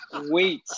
Wait